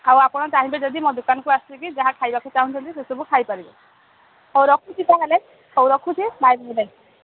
ଆଉ ଆପଣ ଚାହିବେ ଯଦି ମୋ ଦୋକାନକୁ ଆସିକି ଯାହା ଖାଇବାକୁ ଚାହୁଁଛନ୍ତି ସେସବୁ ଖାଇପାରିବେ ହଉ ରଖୁଚି ତା'ହେଲେ ହଉ ରଖୁଚି ବାଇ